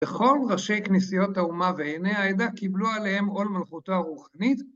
‫בכל, ראשי כניסיות האומה ועיני העדה ‫קיבלו עליהם עול מלכותה רוחנית.